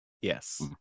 Yes